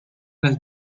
las